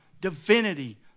divinity